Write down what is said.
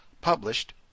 published